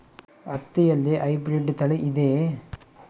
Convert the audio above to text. ಹತ್ತಿಯಲ್ಲಿ ಹೈಬ್ರಿಡ್ ತಳಿ ಇದೆಯೇ?